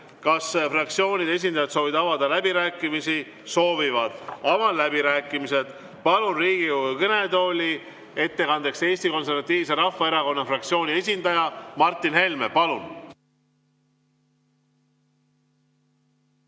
Kas fraktsioonide esindajad soovivad avada läbirääkimisi? Soovivad. Avan läbirääkimised ja palun Riigikogu kõnetooli ettekandeks Eesti Konservatiivse Rahvaerakonna fraktsiooni esindaja Martin Helme. Palun,